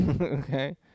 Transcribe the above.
Okay